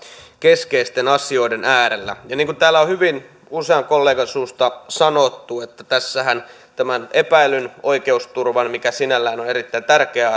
keskeisten asioiden äärellä ja niin kuin täällä on hyvin usean kollegan suusta sanottu tässähän epäillyn oikeusturvan mikä sinällään on on erittäin tärkeä